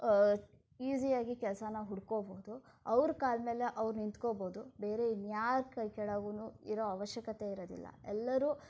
ಈಸಿಯಾಗಿ ಕೆಲಸಾನ ಹುಡ್ಕೋಬಹುದು ಅವರ ಕಾಲಮೇಲೆ ಅವರು ನಿಂತ್ಕೊಬೋದು ಬೇರೆ ಇನ್ಯಾರ ಕೈಕೆಳಗೂ ಇರೋ ಅವಶ್ಯಕತೆ ಇರೋದಿಲ್ಲ ಎಲ್ಲರೂ